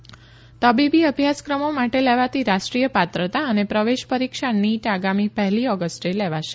NEET પરીક્ષા તબીબી અભ્યાસક્રમો માટે લેવાતી રાષ્ટ્રીય પાત્રતા અને પ્રવેશ પરીક્ષા નીટ આગામી પહેલી ઓગસ્ટે લેવાશે